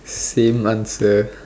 same answer